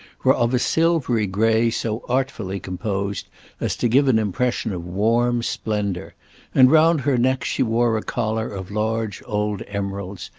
were of a silvery grey so artfully composed as to give an impression of warm splendour and round her neck she wore a collar of large old emeralds,